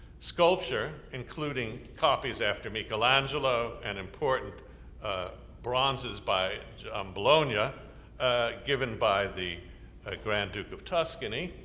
sculpture, including copies after michelangelo and important bronzes by um bologna, ah ah given by the grand duke of tuscany,